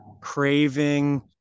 craving